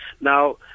now